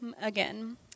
again